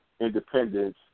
independence